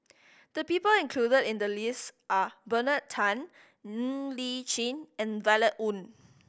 the people included in the list are Bernard Tan Ng Li Chin and Violet Oon